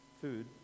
Food